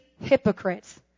hypocrites